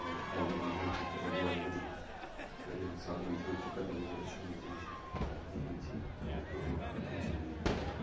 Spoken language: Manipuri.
ꯑꯩꯈꯣꯏꯒꯤ ꯍꯥꯏꯔꯤꯕ ꯂꯝꯁꯥꯡ ꯆꯠꯀꯗꯕ ꯑꯣꯏꯔꯒꯗꯤ ꯒꯥꯔꯤ ꯃꯆꯥꯗ ꯂꯝꯁꯥꯡ ꯆꯠꯀꯗꯕ ꯁꯤꯒꯨꯝꯕꯁꯤꯡꯁꯦ ꯑꯩꯅ ꯃꯁꯤ ꯊꯝꯖꯅꯤꯡꯏ